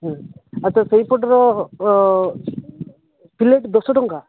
ହୁଁ ଆଚ୍ଛା ସେଇ ପଟର ପ୍ଲେଟ୍ ଦଶ ଟଙ୍କା